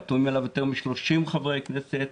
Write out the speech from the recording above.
חתומים עליו יותר מ-30 חברי הכנסת,